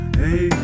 hey